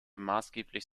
maßgeblich